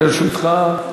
לרשותך.